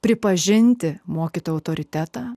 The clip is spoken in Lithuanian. pripažinti mokytojo autoritetą